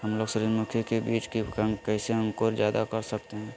हमलोग सूरजमुखी के बिज की कैसे अंकुर जायदा कर सकते हैं?